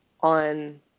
on